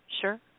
Sure